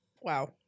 Wow